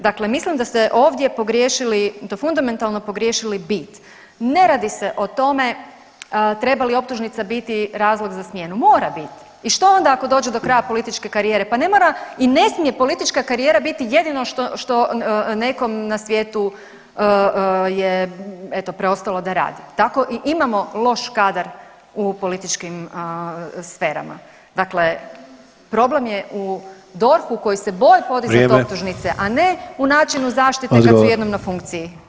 Dakle mislim da ste ovdje pogriješili i to fundamentalno pogriješili bit, ne radi se o tome treba li optužnica biti razlog za smjenu, mora bit i što onda ako dođe do kraja političke karijere, pa ne mora i ne smije politička karijera biti jedino što, što nekom na svijetu je eto preostalo da radi, tako i imamo loš kadar u političkim sferama, dakle problem je u DORH-u koji se boji podizat optužnice, a ne u načinu zaštite kad su jednom na funkciji.